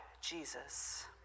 Jesus